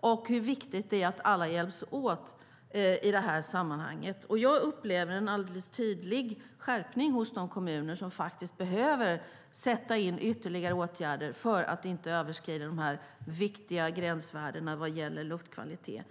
och hur viktigt det är att alla hjälps åt i det sammanhanget. Jag upplever en alldeles tydlig skärpning hos de kommuner som behöver sätta in ytterligare åtgärder för att inte överskrida de viktiga gränsvärdena för luftkvaliteten.